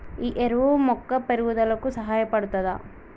ఈ ఎరువు మొక్క పెరుగుదలకు సహాయపడుతదా?